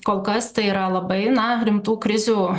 kol kas tai yra labai na rimtų krizių